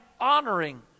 honoring